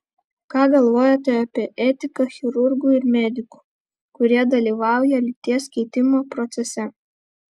ką galvojate apie etiką chirurgų ir medikų kurie dalyvauja lyties keitimo procese